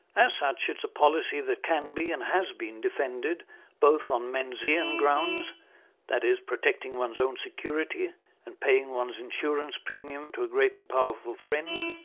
as such, it is a policy that can be and has been defended both on menziean grounds that is, protecting one's own security and paying one's insurance premium to a great and powerful friend,